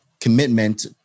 commitment